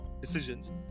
decisions